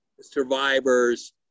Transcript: survivors